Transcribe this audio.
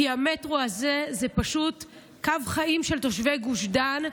כי המטרו הזה הוא פשוט קו חיים של תושבי גוש דן,